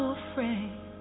afraid